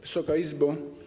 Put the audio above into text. Wysoka Izbo!